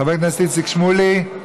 חבר הכנסת איציק שמולי, מוותר.